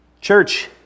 Church